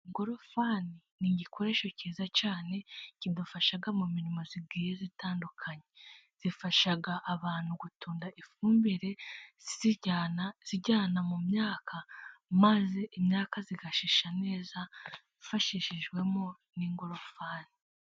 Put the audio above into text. Ingorofani ni igikoresho cyiza cyane, kidufasha mu mirimo igiye itandukanye, ifasha abantu gutunda ifumbire iyijyana, iyijyana mu myaka maze imyaka igashisha neza, ibifashijwemo n'ingorofari.